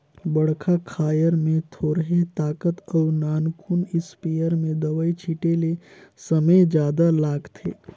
बड़खा खायर में थोरहें ताकत अउ नानकुन इस्पेयर में दवई छिटे ले समे जादा लागथे